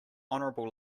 honorable